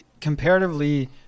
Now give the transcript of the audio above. comparatively